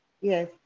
Yes